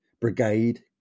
brigade